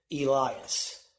Elias